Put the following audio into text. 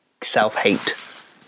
self-hate